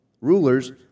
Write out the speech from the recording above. rulers